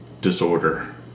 disorder